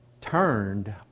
turned